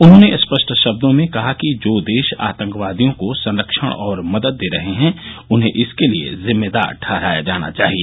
उन्होंने स्पष्ट शब्दों में कहा कि जो देश आतंकवादियों को संरक्षण और मदद दे रहे हैं उन्हें इसके लिए जिम्मेदार ठहराया जाना चाहिए